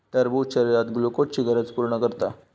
टरबूज शरीरात ग्लुकोजची गरज पूर्ण करता